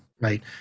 Right